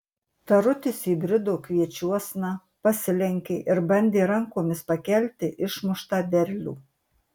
tarutis įbrido kviečiuosna pasilenkė ir bandė rankomis pakelti išmuštą derlių